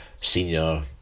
senior